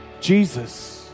Jesus